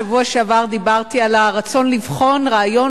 בשבוע שעבר דיברתי על הרצון לבחון רעיון